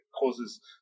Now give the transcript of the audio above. causes